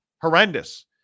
horrendous